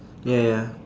ya ya